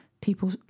people